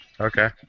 Okay